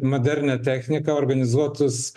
modernią techniką organizuotus